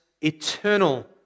eternal